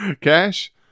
Cash